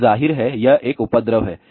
तो ज़ाहिर है यह एक उपद्रव है